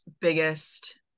biggest